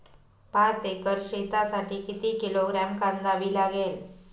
पाच एकर शेतासाठी किती किलोग्रॅम कांदा बी लागेल?